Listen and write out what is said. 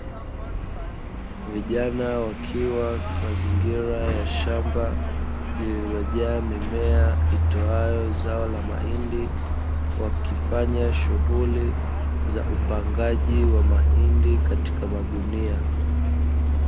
Vijana wakiwa mazingira ya shamba lililojaa mimea itoayo zao la mahindi, wakifanya shughuli za upangaji wa mahindi katika magunia.